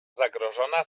zagrożona